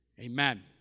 Amen